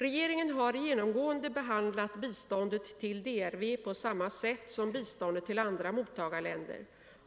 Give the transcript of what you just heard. Regeringen har genomgående behandlat biståndet till DRV på samma sätt som biståndet till andra mottagarländer.